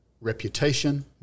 reputation